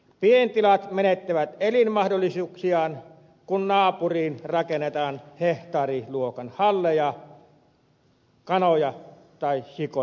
pientilat menettävät elinmahdollisuuksiaan kun naapuriin rakennetaan hehtaariluokan halleja kanoja tai sikoja varten